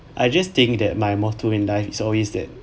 I just think that my motto in life is always that